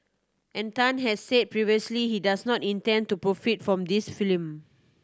and Tan has said previously he does not intend to profit from this film